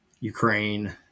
ukraine